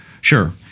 Sure